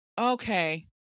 okay